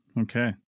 Okay